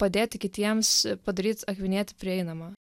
padėti kitiems padaryt akvinietį prieinamą